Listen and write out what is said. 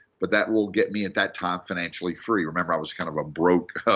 but that will get me, at that time, financially free. remember, i was kind of a broke,